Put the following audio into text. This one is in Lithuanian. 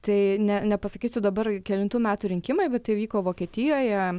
tai ne nepasakysiu dabar kelintų metų rinkimai bet tai vyko vokietijoje